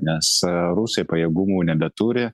nes rusai pajėgumų nebeturi